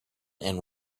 and